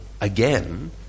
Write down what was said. again